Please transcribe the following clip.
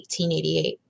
1888